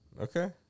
Okay